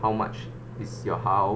how much is your house